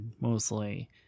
mostly